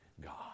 God